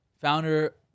founder